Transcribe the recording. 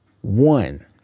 one